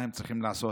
מה הם צריכים לעשות.